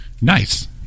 Nice